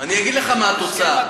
אגיד לך מה התוצאה.